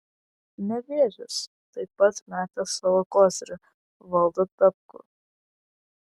nevėžis taip pat metė savo kozirį valdą dabkų